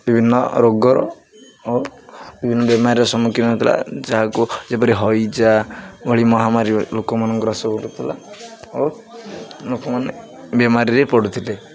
ବିଭିନ୍ନ ରୋଗର ଓ ବିଭିନ୍ନ ବେମାରୀର ସମ୍ମୁଖୀନ ହେଉଥିଲା ଯାହାକୁ ଯେପରି ହଇଜା ଭଳି ମହାମାରୀ ଲୋକମାନଙ୍କ ଗ୍ରାସ କରୁଥିଲା ଓ ଲୋକମାନେ ବେମାରୀରେ ପଡ଼ୁଥିଲେ